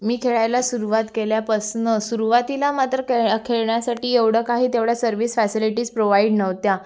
मी खेळायला सुरुवात केल्यापासून सुरुवातीला मात्र खेळ खेळण्यासाठी एवढं काही तेवढ्या सर्व्हिस फॅसिलिटीज प्रोव्हाईड नव्हत्या